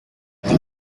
this